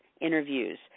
interviews